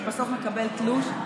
ובסוף מקבל תלוש.